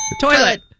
Toilet